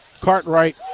Cartwright